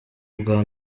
bwa